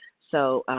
so,